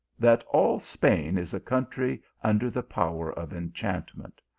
that all spain is a country under the power of enchantment.